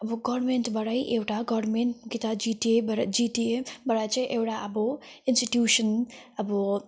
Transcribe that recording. अब गभर्मेन्टबाटै एउटा गभर्मेन्ट कि त जिटिएबाट जिटिएबाट चाहिँ एउटा अब इन्स्टिट्युसन अब